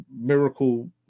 miracle